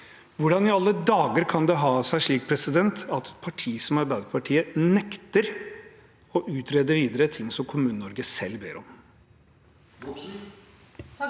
Hvordan i alle dager kan det da ha seg slik at et parti som Arbeiderpartiet nekter å utrede videre ting som Kommune-Norge selv ber om?